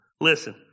Listen